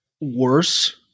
worse